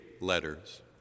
letters